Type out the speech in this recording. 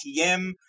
ATM